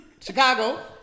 Chicago